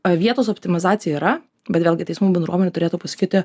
vietos optimizacija yra bet vėlgi teismų bendruomenė turėtų pasakyti